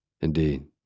Indeed